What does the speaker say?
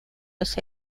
los